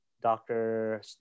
doctor